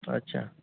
अच्छा